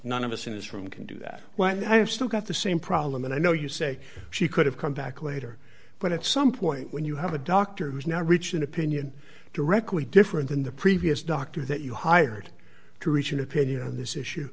none of us in this room can do that when i have still got the same problem and i know you say she could have come back later but at some point when you have a doctor who's now reach an opinion directly different than the previous doctor that you hired to reach an opinion on this issue